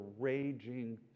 raging